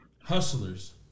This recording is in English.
Hustlers